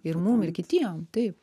ir mum ir kitiem taip